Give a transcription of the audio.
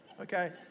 okay